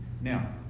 Now